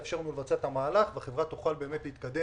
יאפשר לנו לבצע את המהלך והחברה תוכל להתקדם